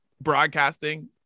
broadcasting